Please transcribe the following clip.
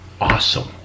Awesome